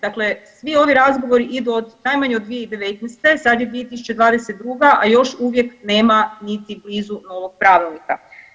Dakle, svi ovi razgovori idu najmanje od 2019. sada je 2022. a još uvijek nema niti blizu novog pravilnika.